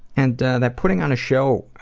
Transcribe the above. and that putting on a show